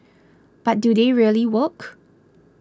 but do they really work